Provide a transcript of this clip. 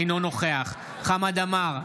אינו נוכח חמד עמאר,